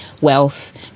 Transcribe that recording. wealth